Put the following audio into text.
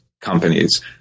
companies